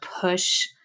push